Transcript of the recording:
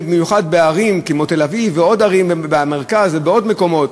במיוחד בערים כמו תל-אביב ועוד ערים במרכז ובעוד מקומות,